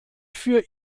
für